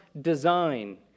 design